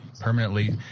permanently